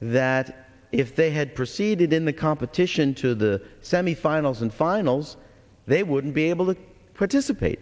that if they had proceeded in the competition to the semifinals and finals they wouldn't be able to participate